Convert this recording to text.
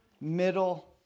middle